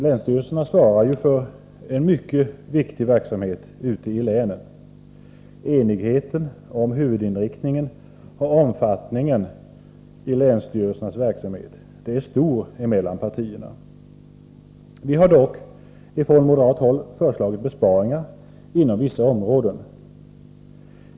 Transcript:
Länsstyrelserna svarar ju för en mycket viktig verksamhet i länen. Enigheten om huvudinriktningen och omfattningen i länsstyrelsernas verksamhet är stor mellan partierna. Vi har dock från moderat håll föreslagit besparingar på vissa områden.